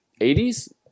80s